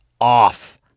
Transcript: off